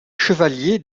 chevalier